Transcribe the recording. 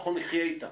אנחנו נחיה איתן.